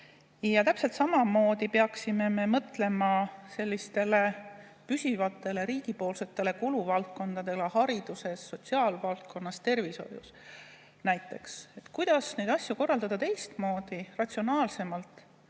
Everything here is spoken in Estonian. Täpselt samamoodi peaksime me mõtlema riigi püsivatele kuluvaldkondadele hariduses, sotsiaalvaldkonnas, tervishoius. Näiteks, kuidas neid asju korraldada teistmoodi, ratsionaalsemalt,